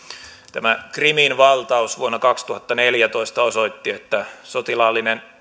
tämä krimin valtaus vuonna kaksituhattaneljätoista osoitti että sotilaallinen